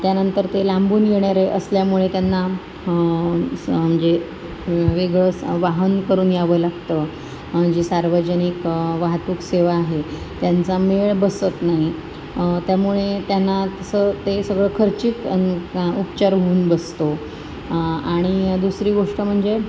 त्यानंतर ते लांबून येणारे असल्यामुळे त्यांना असं म्हणजे वेगळं असं वाहन करून यावं लागतं म्हणजे सार्वजनिक वाहतूक सेवा आहे त्यांचा मेळ बसत नाही त्यामुळे त्यांना तसं ते सगळं खर्चीक आणि उपचार होऊन बसतो आणि दुसरी गोष्ट म्हणजे